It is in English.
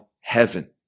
heaven